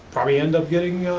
probably end up getting,